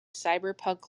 cyberpunk